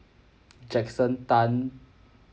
jackson tan